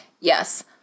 Yes